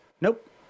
Nope